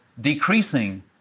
decreasing